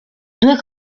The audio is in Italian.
due